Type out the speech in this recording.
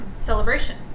Celebration